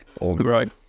Right